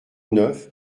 neuf